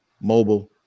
mobile